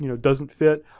you know doesn't fit,